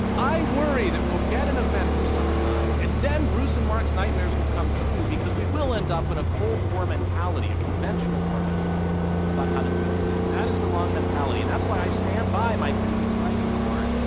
i worry that we'll get an event of some kind and then bruce and marc's nightmares will come true because we will end up in a cold war mentality, a conventional war mentality, about how to deal with it, and that is the wrong mentality, and that's why i stand by my previous writings, marc,